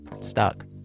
stuck